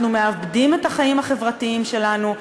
אנחנו מאבדים את החיים החברתיים שלנו,